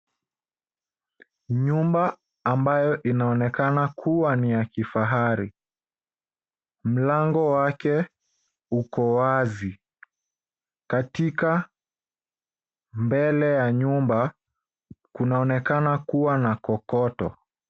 Nyumba ambayo inaonekana kuwa ni ya kifahari. Mlango wake uko wazi. Katika mbele ya nyumba kunaonekana kuwa na kokoto.